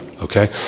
Okay